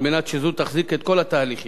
על מנת שזו תחזיק את כל התהליכים